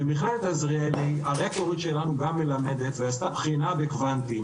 במכללת עזריאלי הרקטורית שלנו גם מלמדת ועשתה בחינה מקוונת,